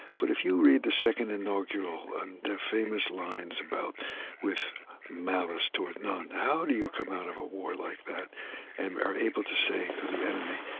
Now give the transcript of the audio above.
but if you read the second inaugural, and the famous lines about with malice toward none, how do you come out of a war like that and are able to say to the enemy,